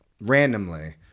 randomly